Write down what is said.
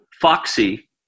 Foxy